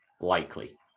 likely